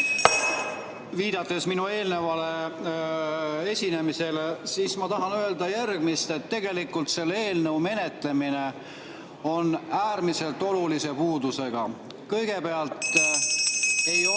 viidates minu eelnevale esinemisele. Ma tahan öelda, et tegelikult selle eelnõu menetlemine on äärmiselt olulise puudusega. Kõigepealt ei ole